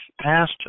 passed